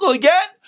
again